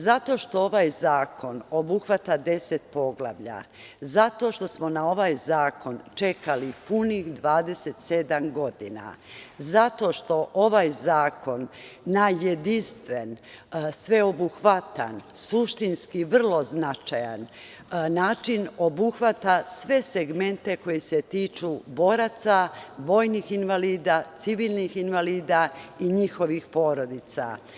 Zato što ovaj zakon obuhvata deset poglavlja, zato što smo na ovaj zakon čekali punih 27 godina, zato što ovaj zakon na jedinstven, sveobuhvatan, suštinski vrlo značajan način obuhvata sve segmente koji se tiču boraca, vojnih invalida, civilnih invalida i njihovih porodica.